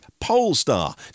Polestar